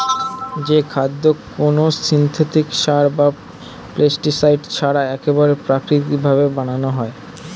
যে খাদ্য কোনো সিনথেটিক সার বা পেস্টিসাইড ছাড়া একবারে প্রাকৃতিক ভাবে বানানো হয়